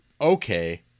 Okay